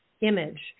image